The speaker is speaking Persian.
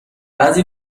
بعضی